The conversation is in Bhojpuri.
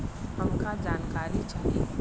हमका जानकारी चाही?